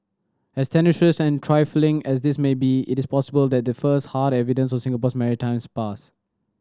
as tenuous and trifling as this may be it is possible that the first hard evidence of Singapore's maritime past